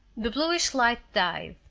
the bluish light died.